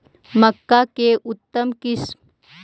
मक्का के उतम किस्म?